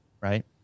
right